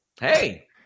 Hey